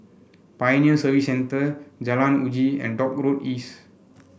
Pioneer Service Centre Jalan Uji and Dock Road East